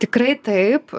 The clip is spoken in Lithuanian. tikrai taip